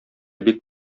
бик